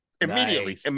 immediately